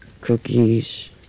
cookies